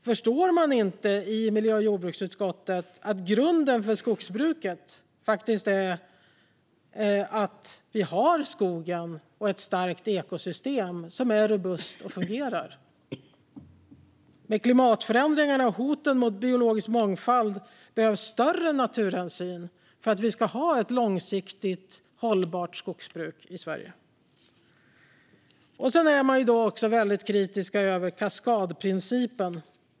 Förstår man inte i miljö och jordbruksutskottet att grunden för skogsbruket faktiskt är att vi har skogen och ett starkt ekosystem som är robust och fungerar? Med klimatförändringarna och hoten mot biologisk mångfald behövs större naturhänsyn för att vi ska ha ett långsiktigt hållbart skogsbruk i Sverige. Man är också väldigt kritisk mot kaskadprincipen.